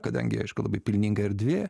kadangi aišku labai pelninga erdvė